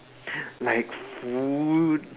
like food